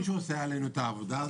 מישהו עושה עלינו את העבודה הזאת,